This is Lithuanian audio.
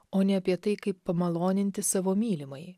o ne apie tai kaip pamaloninti savo mylimąjį